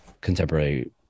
contemporary